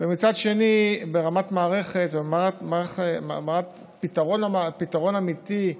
ומצד שני, ברמת מערכת וברמת פתרון אמיתי,